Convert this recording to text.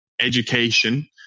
education